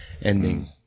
ending